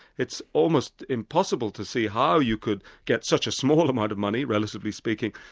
it's almost impossible to see how you could get such a small amount of money, relatively speaking,